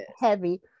heavy